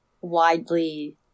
widely